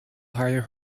hire